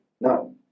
No